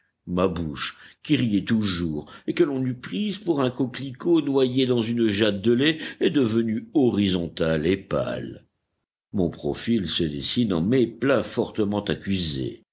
ma bouche qui riait toujours et que l'on eut prise pour un coquelicot noyé dans une jatte de lait est devenue horizontale et pâle mon profil se dessine en méplats fortement accusés